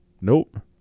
nope